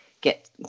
get